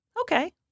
Okay